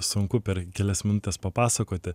sunku per kelias minutes papasakoti